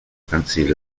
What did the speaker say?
fancy